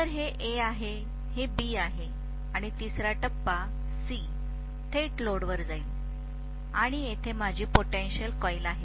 तर हे A आहे हे B आहे आणि तिसरा टप्पा C थेट लोडवर जाईल आणि येथे माझी पोटेंशल कॉइल आहे